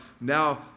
now